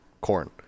Corn